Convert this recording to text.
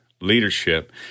leadership